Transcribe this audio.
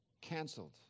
Cancelled